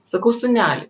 sakau sūneli